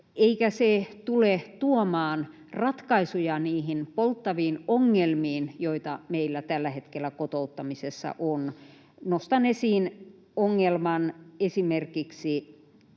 eikä se tule tuomaan ratkaisuja niihin polttaviin ongelmiin, joita meillä tällä hetkellä kotouttamisessa on. Nostan esiin ongelman esimerkiksi